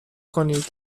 کنید